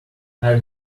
i’ve